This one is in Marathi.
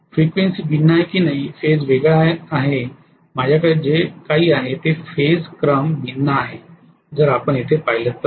फ्रिक्वेन्सी भिन्न आहे की नाही फेज वेगळा आहे माझ्याकडे जे काही आहे ते फेज क्रम भिन्न आहे जर आपण येथे पाहिले तर